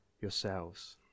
yourselves